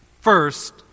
first